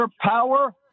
power